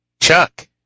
Chuck